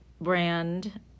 brand